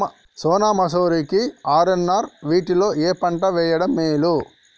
సోనా మాషురి కి ఆర్.ఎన్.ఆర్ వీటిలో ఏ పంట వెయ్యడం మేలు?